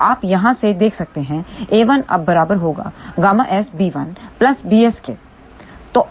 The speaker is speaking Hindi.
तो आप यहाँ से देख सकते हैंa1 अब बराबर होगा ƬS b1 bs के